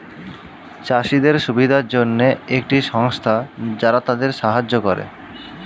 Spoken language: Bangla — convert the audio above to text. চাষীদের সুবিধার জন্যে একটি সংস্থা যারা তাদের সাহায্য করে